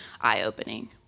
eye-opening